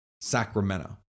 Sacramento